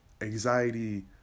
anxiety